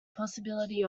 possibility